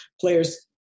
players